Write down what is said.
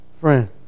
friend